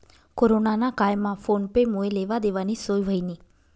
corona ना कायमा phone पे मुये लेवा देवानी सोय व्हयनी